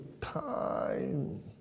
time